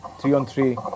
three-on-three